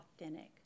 authentic